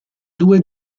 due